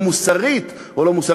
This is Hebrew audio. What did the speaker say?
או מוסרית או לא מוסרית,